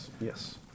yes